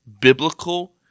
biblical